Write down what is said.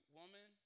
woman